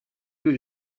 que